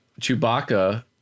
chewbacca